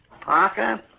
Parker